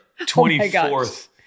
24th